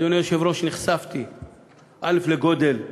אדוני היושב-ראש, נחשפתי לגודל הבעיה,